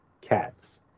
Cats